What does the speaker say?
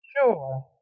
Sure